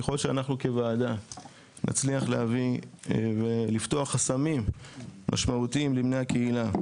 ככל שאנחנו כוועדה נצליח להביא ולפתוח חסמים משמעותיים לבני הקהילה,